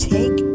Take